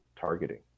targeting